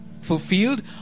fulfilled